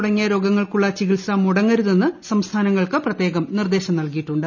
തുടങ്ങിയ രോഗങ്ങൾക്കുള്ള ചികിത്സ മുടങ്ങരുതെന്ന് സംസ്ഥാനങ്ങൾക്ക് പ്രത്യേകം നിർദ്ദേശം നൽകിയിട്ടുണ്ട്